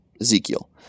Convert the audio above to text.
Ezekiel